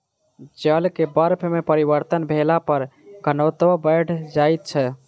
जल के बर्फ में परिवर्तन भेला पर घनत्व बैढ़ जाइत छै